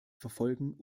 verfolgen